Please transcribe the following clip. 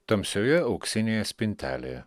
tamsioje auksinėje spintelėje